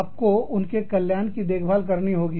आपको उनके कल्याण की देखभाल करनी होगी